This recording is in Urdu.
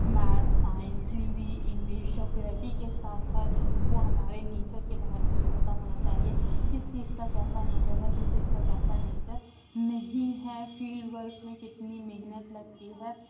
میتھ سائنس ہندی انگلش جغرافی کے ساتھ ساتھ ان کو ہمارے نیچر کے بارے میں بھی پتہ ہونا چاہیے کس چیز کا کیسا نیچر ہے کس چیز کا کیسا نیچر نہیں ہے فیلڈ ورک میں کتنی محنت لگتی ہے